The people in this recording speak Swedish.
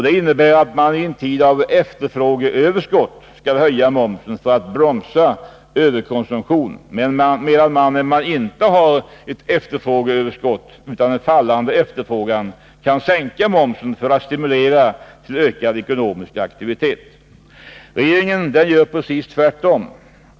Det innebär att man i en tid med efterfrågeöverskott skall höja momsen för att bromsa överkonsumtion medan man, när man inte har efterfrågeöverskott utan en fallande efterfrågan, kan sänka momsen för att stimulera till ökad ekonomisk aktivitet. Regeringen gör precis tvärtom.